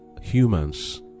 humans